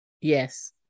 yes